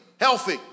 healthy